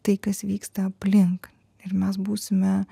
tai kas vyksta aplink ir mes būsime